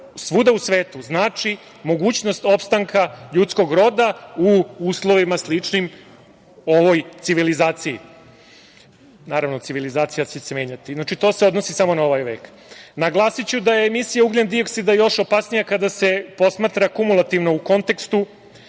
svuda u svetu znači mogućnost opstanka ljudskog roda u uslovima sličnim ovoj civilizaciji. Naravno, civilizacija će se menjati. Znači, to se odnosi samo na ovaj vek. Naglasiću da je emisija ugljen-dioksida još opasnija kada se posmatra kumulativno u kontekstu